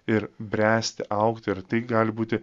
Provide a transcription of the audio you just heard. ir bręsti augti ir tai gali būti